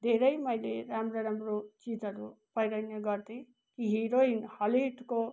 धेरै मैले राम्रो राम्रो चिजहरू पहिरिने गर्थेँ ती हिरोइन हलिउडको